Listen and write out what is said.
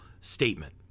statement